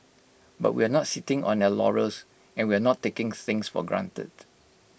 but we're not sitting on our laurels and we're not taking things for granted